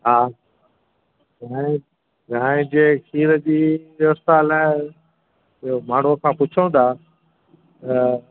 हा हाणे हाणे जे खीर जी व्यवस्था लाइ इहो माण्हू खां पुछूं था त